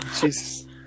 Jesus